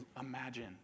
imagine